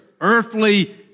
earthly